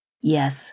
Yes